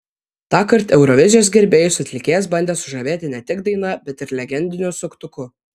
tąkart eurovizijos gerbėjus atlikėjas bandė sužavėti ne tik daina bet ir legendiniu suktuku